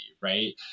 right